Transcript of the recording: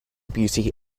beauty